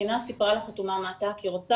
הקטינה סיפרה לחתומה מטה כי היא רוצה